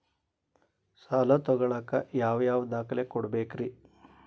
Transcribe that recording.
ಸಾಲ ತೊಗೋಳಾಕ್ ಯಾವ ಯಾವ ದಾಖಲೆ ಕೊಡಬೇಕ್ರಿ?